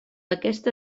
aquesta